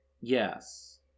Yes